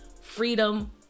freedom